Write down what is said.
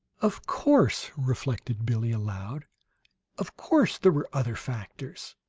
of course, reflected billie, aloud of course, there were other factors.